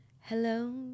hello